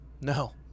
no